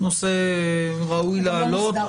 נושא שראוי להעלות,